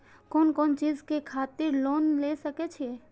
कोन कोन चीज के खातिर लोन ले सके छिए?